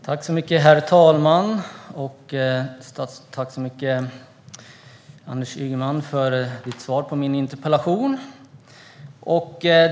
Herr talman! Tack, Anders Ygeman, för ditt svar på min interpellation!